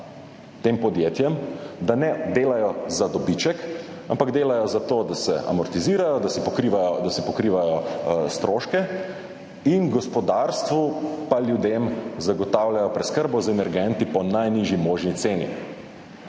tem podjetjem, da ne delajo za dobiček, ampak delajo zato, da se amortizirajo, da si pokrivajo stroške in gospodarstvu in ljudem zagotavljajo preskrbo z energenti po najnižji možni ceni.